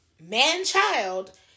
man-child